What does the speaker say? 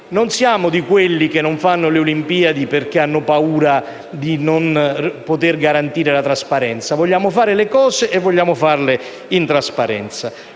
Non siamo di quelli che non fanno le Olimpiadi perché hanno paura di non poter garantire la trasparenza: vogliamo fare le cose e vogliamo farle in trasparenza.